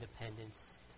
independence